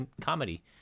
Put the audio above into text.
comedy